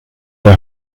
the